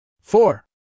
Four